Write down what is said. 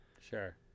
Sure